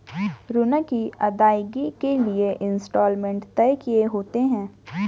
ऋण की अदायगी के लिए इंस्टॉलमेंट तय किए होते हैं